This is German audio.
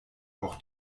auch